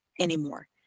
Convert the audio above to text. anymore